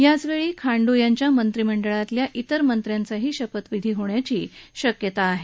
याच वेळी खांडू यांच्या मंत्रिमंडळातल्या इतर मंत्र्यांचा शपथविधी होईल अशी शक्यता आहे